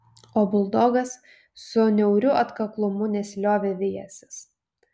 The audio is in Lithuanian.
o buldogas su niauriu atkaklumu nesiliovė vijęsis